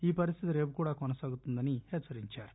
ఈ పరిస్థితి రేపు కూడా కొనసాగుతుందని హెచ్చరించారు